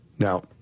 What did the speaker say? Now